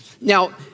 Now